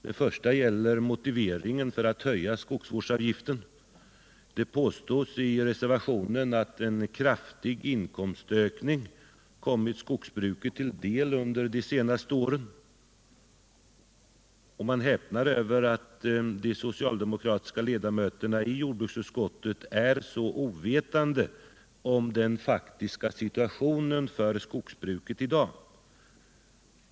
Den första gäller motiveringen för att höja skogsvårdsavgiften. Det påstås i reservationen att en kraftig inkomstökning har kommit skogsbruket till del under de senaste åren. Jag häpnar över att de socialdemokratiska ledamöterna i jordbruksutskottet är så ovetande om den faktiska situationen för skogsbruket i dag.